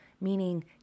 meaning